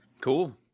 Cool